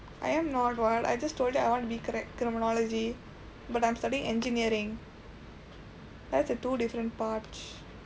I am not what I just told that I want to correct criminology but I'm studying engineering that's a two different patch